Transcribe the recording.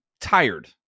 tired